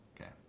Okay